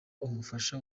umufasha